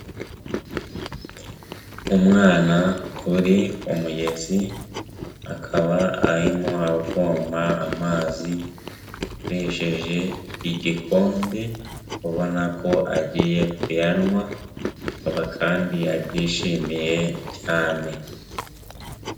Umwana uri ku mugezi akaba arimo avoma amazi akoresheje igikombe, ubona ko agiye kuyanywa akaba kandi abyishimiye cyane.